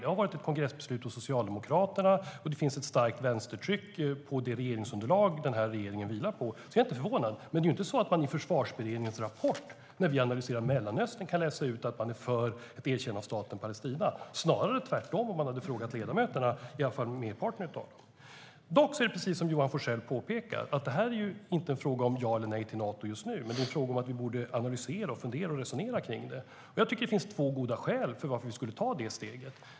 Det har varit ett kongressbeslut hos Socialdemokraterna, och det finns ett starkt vänstertryck från det regeringsunderlag denna regering vilar på. Precis som Johan Forssell påpekar är det inte en fråga om ja eller nej till Nato just nu utan en fråga om att vi borde analysera, fundera och resonera kring det. Det finns goda skäl till att ta detta steg.